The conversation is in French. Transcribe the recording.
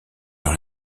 dans